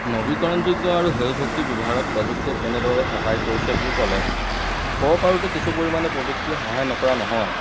নৱীকৰণযোগ্য আৰু সেউজ শক্তিৰ ব্যৱহাৰত প্ৰযুক্তিয়ে কেনেদৰে সহায় কৰিছে বুলি ক'লে ক'ব পাৰোঁ যে কিছু পৰিমাণে প্ৰযুক্তিয়ে সহায় নকৰা নহয়